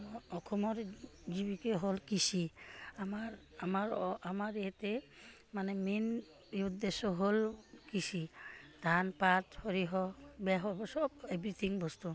অসমৰ জীৱিকা হ'ল কৃষি আমাৰ আমাৰ আমাৰ ইয়াতে মানে মেইন এই উদ্দেশ্য হ'ল কৃষি ধান পাত সৰিয়হ চব এভ্ৰিথিং বস্তু